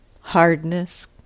hardness